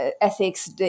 ethics